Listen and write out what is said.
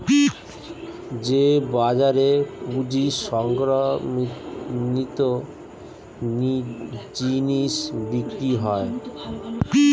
যে বাজারে পুঁজি সংক্রান্ত জিনিস বিক্রি হয়